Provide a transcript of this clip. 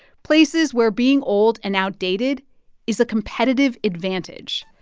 places where being old and outdated is a competitive advantage.